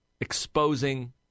exposing